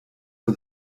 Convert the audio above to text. for